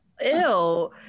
ew